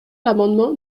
l’amendement